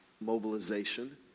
mobilization